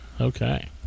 Okay